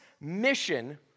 mission